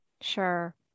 Sure